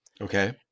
Okay